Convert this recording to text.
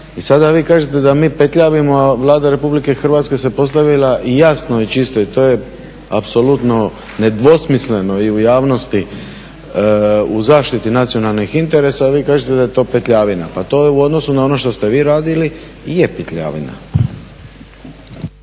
i sada vi kažete da mi petljavimo, a Vlada Republike Hrvatske se postavila i jasno i čisto, i to je apsolutno nedvosmisleno i u javnosti, i zaštiti nacionalnih interesa. A vi kažete da je to petljavina, pa to je u odnosu na ono što ste vi radili je petljavina.